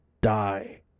die